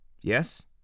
yes